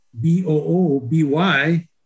b-o-o-b-y